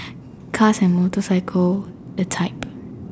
cars and motorcycles the type